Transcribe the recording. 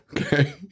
Okay